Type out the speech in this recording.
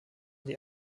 die